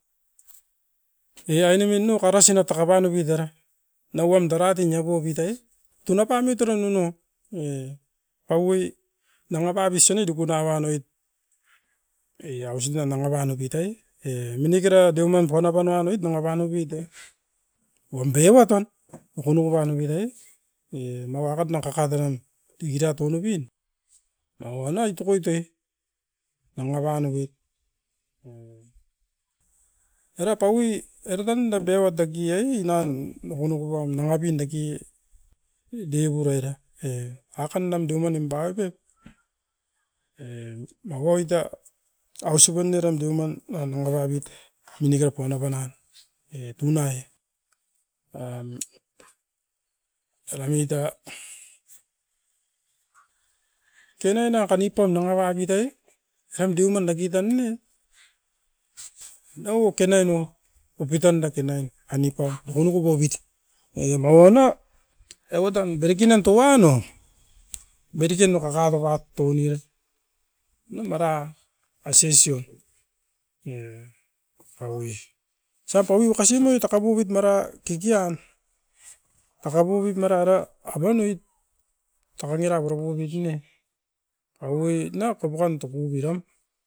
Eram tan no daratit napanop it era. Aus ne danga pano pet, bebatoan osa, mereken osa paui makasi sosopen tana toan.